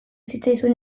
zitzaizuen